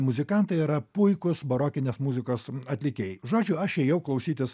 muzikantai yra puikūs barokinės muzikos atlikėjai žodžiu aš ėjau klausytis